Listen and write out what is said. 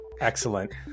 Excellent